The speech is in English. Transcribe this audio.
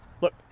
Look